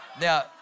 Now